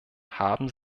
haben